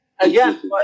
Again